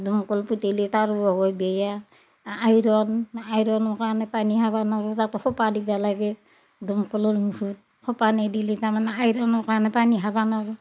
দমকল পুতিলি তাৰো হয় বেয়া আ আইৰণ আইৰণোৰ কাৰণে পানী খাবা নৰোঁ তাতে সোপা দিবা লাগেই দমকলৰ মুখত সোপা নেদিলি তাৰমানে আইৰণোৰ কাৰণে পানী খাবা নৰোঁ